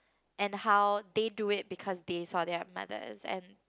and how they do it because they saw their mothers and